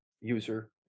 user